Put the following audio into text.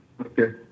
Okay